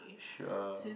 sure